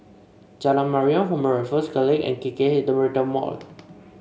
Jalan Mariam Former Raffles College and K K H The Retail Mall